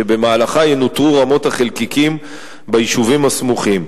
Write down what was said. שבמהלכה ינוטרו רמות החלקיקים ביישובים הסמוכים.